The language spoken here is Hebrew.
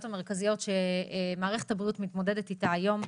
המרכזיות שמערכת הבריאות מתמודדת איתה היום.